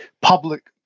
public